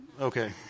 Okay